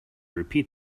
repeat